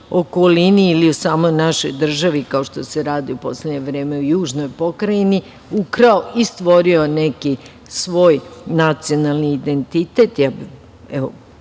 okolini ili u samoj našoj državi, kao što se radi u poslednje vreme u južnoj pokrajini, ukrao i stvorio neki svoj nacionalni identitet.